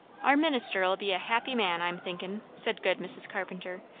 our minister'll be a happy man, i'm thinkin', said good mrs. carpenter,